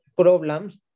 problems